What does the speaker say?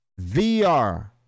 VR